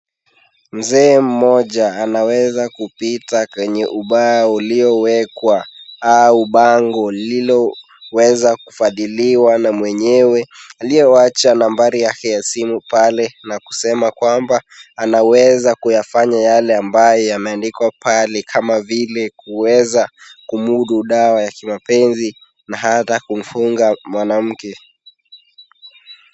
Mzee mmoja anaweza kupita kwenye ubao uliowekwa au bango lililoweza kufadhiliwa na mwenyewe aliyewacha nambari yake ya simu pale na kusema kwamba anaweza kuyafanya yale ambayo yameandikwa pale, kama vile kuweza kumudu dawa ya kimapenzi na hata kumfunga mwanamke.